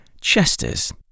Chesters